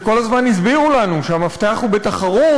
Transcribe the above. שכל הזמן הסבירו לנו שהמפתח הוא בתחרות,